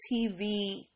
TV